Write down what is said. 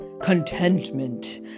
contentment